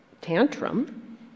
tantrum